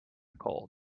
cold